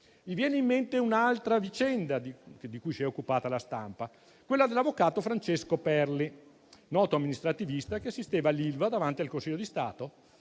Mi viene in mente un'altra vicenda di cui si è occupata la stampa, quella dell'avvocato Francesco Perli, noto amministrativista che assisteva l'Ilva davanti al Consiglio di Stato